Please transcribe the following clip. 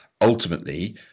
ultimately